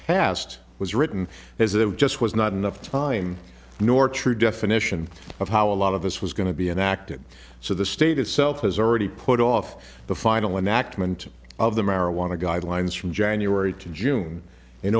passed was written as it was just was not enough time nor true definition of how a lot of this was going to be enacted so the state itself has already put off the final an act meant of the marijuana guidelines from january to june in